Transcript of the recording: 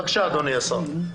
בבקשה, אדוני השר.